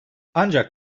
ancak